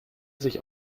sich